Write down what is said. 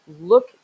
look